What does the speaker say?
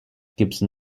gibson